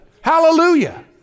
Hallelujah